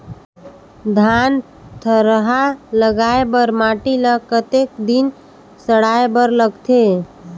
धान थरहा लगाय बर माटी ल कतेक दिन सड़ाय बर लगथे?